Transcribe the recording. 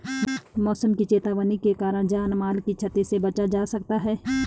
मौसम की चेतावनी के कारण जान माल की छती से बचा जा सकता है